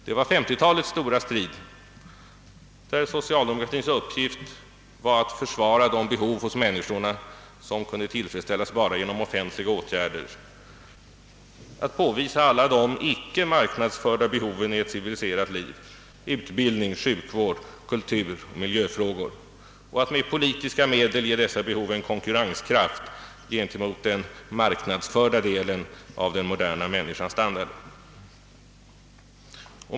Det var 50-talets stora strid, där socialdemokratins uppgift var att försvara de behov hos människorna som kunde tillfredsställas bara genom offentliga åtgärder, att påvisa alla de icke marknadsförda behoven i ett civiliserat liv — utbildning, sjukvård, kultur och miljöfrågor — och att med politiska medel ge dessa behov en konkurrenskraft gentemot den marknadsförda delen av den moderna människans standard.